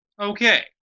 Okay